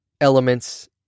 elements